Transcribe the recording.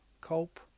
cope